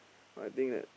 I think that